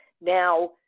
Now